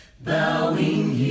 bowing